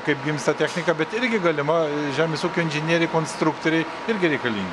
kaip gimsta technika bet irgi galima žemės ūkio inžinieriai konstruktoriai irgi reikalingi